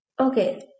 Okay